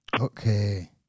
Okay